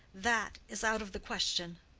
that is out of the question.